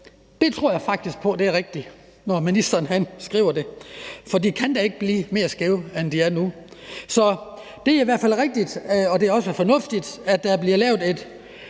Det tror jeg faktisk på er rigtigt, når ministeren skriver det, for de kan da ikke blive mere skæve, end de er nu. Så det er i hvert fald rigtigt, og det er også fornuftigt, at der bliver lavet et